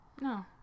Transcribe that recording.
no